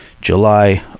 July